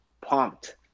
pumped